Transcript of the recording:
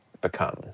become